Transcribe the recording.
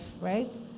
right